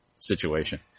situation